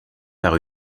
par